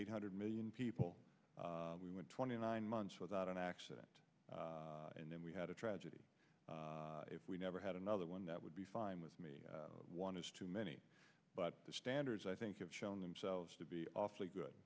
eight hundred million people we want twenty nine months without an accident and then we had a tragedy if we never had another one that would be fine with me one is too many but the standards i think you've shown themselves to be awfully good